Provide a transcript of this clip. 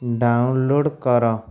download କର